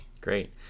Great